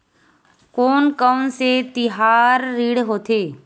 कोन कौन से तिहार ऋण होथे?